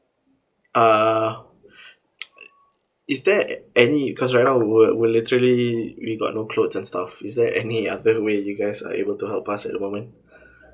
uh is there any because right now we're we're literally we got no clothes and stuff is there any other way you guys are able to help us at the moment